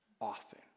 often